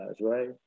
Right